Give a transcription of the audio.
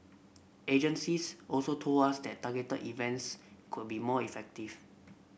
agencies also told us that targeted events could be more effective